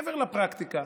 מעבר לפרקטיקה,